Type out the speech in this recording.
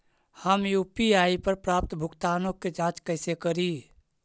हम यु.पी.आई पर प्राप्त भुगतानों के जांच कैसे करी?